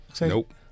Nope